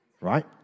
Right